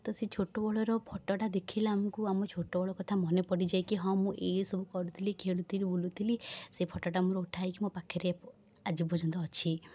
ତ ସେଇ ଛୋଟବେଳର ଫଟୋଟା ଦେଖିଲେ ଆମକୁ ଆମ ଛୋଟବେଳ କଥା ମନେପଡ଼ିଯାଏ କି ହଁ ମୁଁ ଏଇଆ ସବୁ କରୁଥିଲି ଖେଳୁଥିଲି ବୁଲୁଥିଲି ସେ ଫଟୋଟା ମୋର ଉଠା ହେଇକି ମୋ ପାଖରେ ଆଜିପର୍ଯ୍ୟନ୍ତ ଅଛି